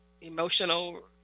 emotional